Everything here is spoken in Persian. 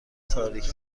تاریک